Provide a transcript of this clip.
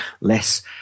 less